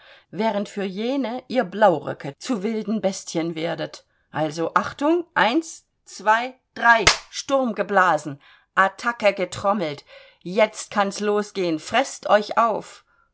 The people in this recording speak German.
während für jene ihr blauröcke zu wilden bestien werdet also achtung eins zwei drei sturm geblasen attake getrommelt jetzt kann's losgehen freßt euch auf